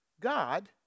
God